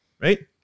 Right